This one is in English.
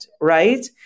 right